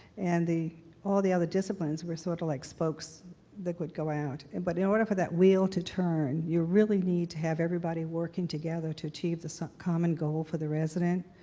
and all the other disciplines were sort of like spokes that would go out, and but in order for that wheel to turn, you really need to have everybody working together to achieve the so common goal for the resident.